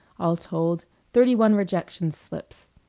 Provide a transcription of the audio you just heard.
all told, thirty-one rejection slips,